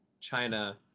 China